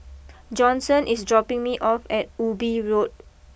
Johnson is dropping me off at Ubi Road